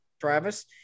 Travis